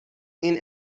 این